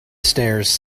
stairs